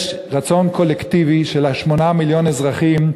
יש רצון קולקטיבי של 8 מיליון האזרחים,